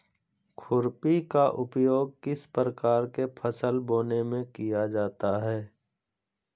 खुरपी का उपयोग किस प्रकार के फसल बोने में किया जाता है?